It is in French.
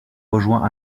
rejoints